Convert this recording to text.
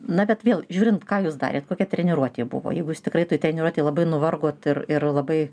na bet vėl žiūrint ką jūs darėt kokia treniruotė buvo jeigu jūs tikrai toj treniruotėj labai nuvargot ir labai